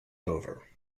over